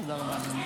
תודה.